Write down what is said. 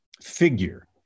figure